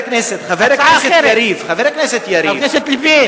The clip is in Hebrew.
חבר הכנסת יריב, חבר הכנסת יריב, חבר הכנסת לוין,